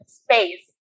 space